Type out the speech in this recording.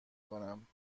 کنم